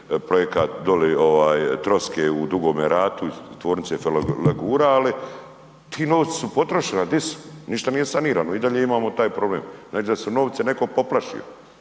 projekat dole troske u Dugome ratu, tvornice ferolegura ali ti novci su potrošeni a di su? Ništa nije sanirano, i dalje imamo taj problem. Znači da je novce neko poplašio.